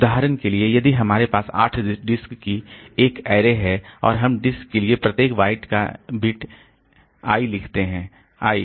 उदाहरण के लिए यदि हमारे पास आठ डिस्क की एक सरणी है और हम डिस्क के लिए प्रत्येक बाइट का बिट I लिखते हैं I